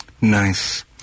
Nice